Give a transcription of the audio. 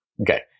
Okay